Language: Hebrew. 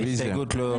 זה